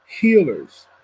healers